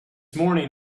morning